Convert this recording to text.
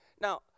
now